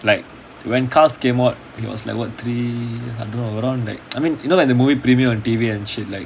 like when cars came out he was like what three I don't know around like I mean you know like the movie preview on T_V and shit like